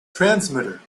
transmitter